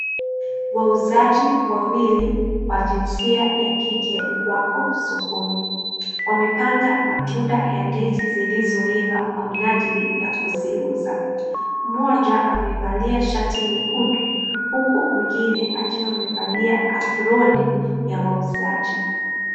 Wauzaji wawili wa jinsia ya kike, wako sokoni. Wamepanga matunda ya ndizi zilizoiva kwa minajili ya kuziuza. Mmoja amevalia shati nyekundu, huku mwingine akiwa amevalia aproni ya wauzaji.